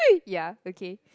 ya okay